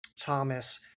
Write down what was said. Thomas